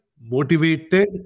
motivated